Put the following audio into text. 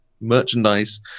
merchandise